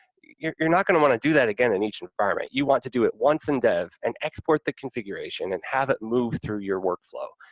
you're not going to want to do that again in each environment, you want to do it once in dev and export the configuration and have it move through your work flow.